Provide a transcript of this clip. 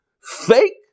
Fake